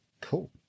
Cool